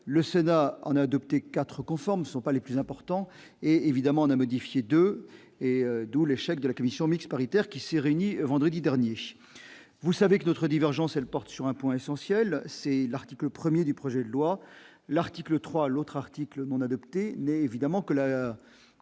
le Sénat en adopté 4 conformes ne sont pas les plus importants et, évidemment, on a modifié 2 et d'où l'échec de la commission mixte paritaire qui s'est réunie vendredi dernier, vous savez que notre divergence, elle porte sur un point essentiel, c'est l'article 1er du projet de loi, l'article 3 l'autre article non adopté mais évidemment que la